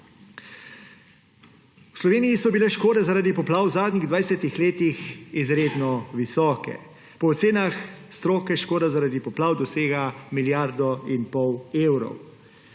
V Sloveniji so bile škode zaradi poplav v zadnjih 20 letih izredno visoke. Po ocenah stroke škoda zaradi poplav dosega milijardo in pol evrov.